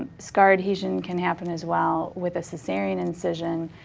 scar adhesion can happen as well with a so caesarian incision.